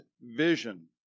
vision